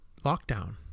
lockdown